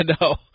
no